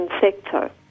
sector